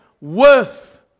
worth